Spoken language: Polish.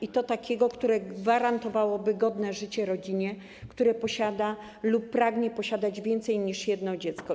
I to takiego, które gwarantowałoby godne życie rodzinie, które posiada lub pragnie posiadać więcej niż jedno dziecko.